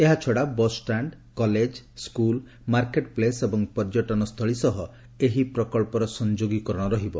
ଏହାଛଡ଼ା bus stand college school market place ଏବଂ ପର୍ଯ୍ୟଟନ ସ୍ଥଳୀ ସହ ଏହି ପ୍ରକଳ୍ପର ସଂଯୋଗୀକରଣ ରହିବ